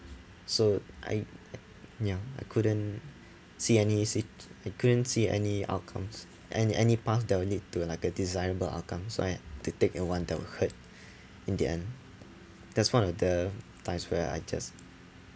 so I ya I couldn't see any si~ I couldn't see any outcomes and any path that would lead to like a desirable outcome so I had to take that [one] that would hurt in the end that's one of the times where I just